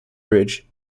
bridge